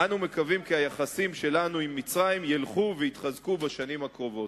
אנו מקווים כי היחסים שלנו עם מצרים ילכו ויתחזקו בשנים הקרובות.